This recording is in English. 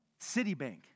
Citibank